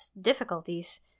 difficulties